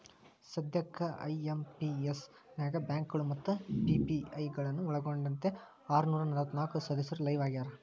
ಸದ್ಯಕ್ಕ ಐ.ಎಂ.ಪಿ.ಎಸ್ ನ್ಯಾಗ ಬ್ಯಾಂಕಗಳು ಮತ್ತ ಪಿ.ಪಿ.ಐ ಗಳನ್ನ ಒಳ್ಗೊಂಡಂತೆ ಆರನೂರ ನಲವತ್ನಾಕ ಸದಸ್ಯರು ಲೈವ್ ಆಗ್ಯಾರ